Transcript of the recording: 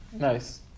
Nice